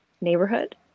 neighborhood